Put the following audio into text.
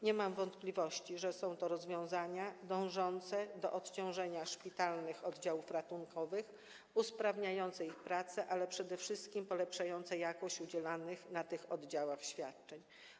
Nie mam wątpliwości, że są to rozwiązania dążące do odciążenia szpitalnych oddziałów ratunkowych, usprawniające ich pracę, ale przede wszystkim polepszające jakość udzielanych na tych oddziałach świadczeń.